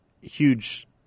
huge